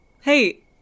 Hey